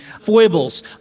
foibles